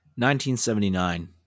1979